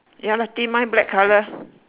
ya lah tame mine black colour